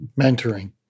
mentoring